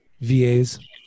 VAs